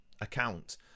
account